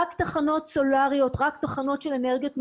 רק תחנות סולריות, רק תחנות של אנרגיות מתחדשות.